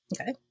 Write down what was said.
Okay